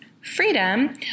freedom